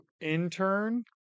intern